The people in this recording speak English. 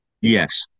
Yes